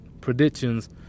predictions